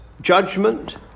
judgment